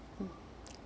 mmhmm